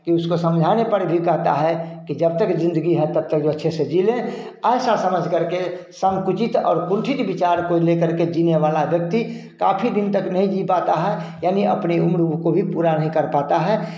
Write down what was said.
कि उसको समझाने पर भी कहता है कि जब तक जिंदगी है तब जो अच्छे से जी लें ऐसा समझ करके संकुचित और कुंठित विचार को ले करके जीने वाला व्यक्ति काफी दिन तक नहीं जी पाता है यानी अपने उम्र को भी पूरा नहीं कर पाता है